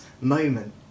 moment